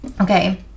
Okay